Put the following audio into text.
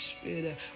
Spirit